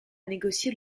négocié